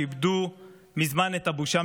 שאיבדו מזמן את הבושה,